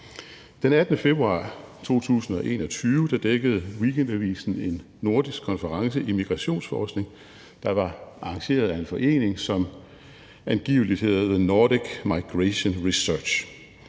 Den 18. februar 2021 dækkede Weekendavisen en nordisk konference i migrationsforskning, der var arrangeret af en forening, som angiveligt hedder Nordic Migration Research.